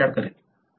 ते कसे घडते